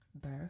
birth